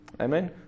Amen